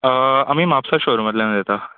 आमी म्हापसा शोरुमांतल्यान उलयता